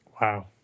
Wow